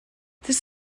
this